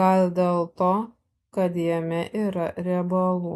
gal dėl to kad jame yra riebalų